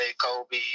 Kobe